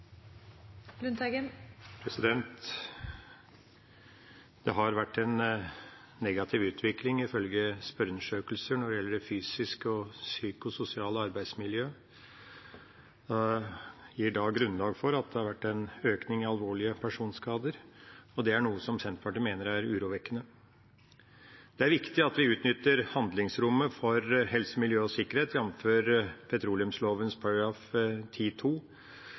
Det har ifølge spørreundersøkelser vært en negativ utvikling når det gjelder det fysiske og psykososiale arbeidsmiljøet. Det gir grunnlag for at det har vært en økning i alvorlige personskader, og det er noe Senterpartiet mener er urovekkende. Det er viktig at vi utnytter handlingsrommet for helse, miljø og sikkerhet,